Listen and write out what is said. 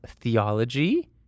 theology